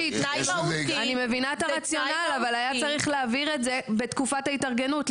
אני מבינה את הרציונל אבל היה צריך להעביר את זה בתקופת ההתארגנות.